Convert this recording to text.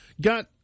Got